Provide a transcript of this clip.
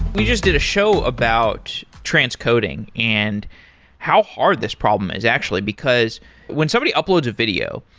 we just did a show about transcoding and how hard this problem is actually, because when somebody uploads a video,